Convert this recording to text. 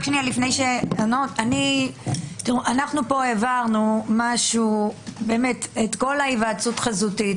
פה העברנו את כל ההיוועצות חזותית.